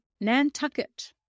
Nantucket